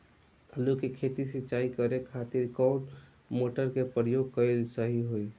आलू के खेत सिंचाई करे के खातिर कौन मोटर के प्रयोग कएल सही होई?